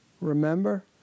Remember